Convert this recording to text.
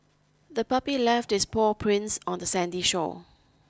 the puppy left its paw prints on the sandy shore